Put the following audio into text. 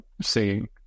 singing